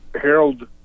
Harold